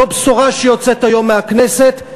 זו בשורה שיוצאת היום מהכנסת,